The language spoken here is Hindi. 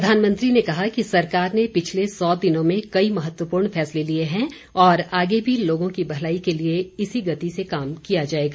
प्रधानमंत्री ने कहा कि सरकार ने पिछले सौ दिनों में कई महत्वपूर्ण फैसले लिये हैं और आगे भी लोगों की भलाई के लिए इसी गति से काम किया जाएगा